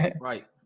Right